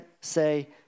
say